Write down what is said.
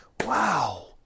wow